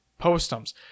Postums